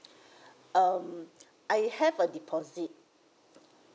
um I have a deposit